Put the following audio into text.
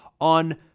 on